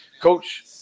Coach